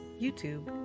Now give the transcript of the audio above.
YouTube